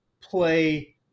play